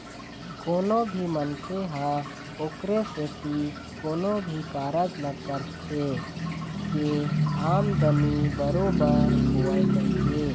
कोनो भी मनखे ह ओखरे सेती कोनो भी कारज ल करथे के आमदानी बरोबर होवय कहिके